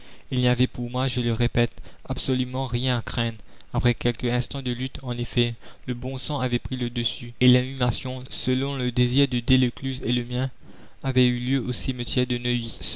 il n'y avait pour moi je le répète absolument rien à craindre après quelques instants de lutte en effet le bon sens avait pris le dessus et l'inhumation selon le désir de delescluze et le mien avait eu lieu au